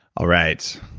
all right,